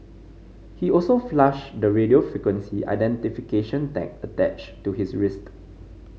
he also flushed the radio frequency identification tag attached to his wrist